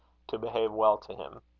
to behave well to him.